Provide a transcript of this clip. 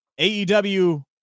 AEW